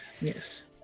Yes